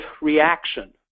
reaction